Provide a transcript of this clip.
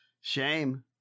Shame